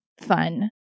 fun